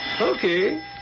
Okay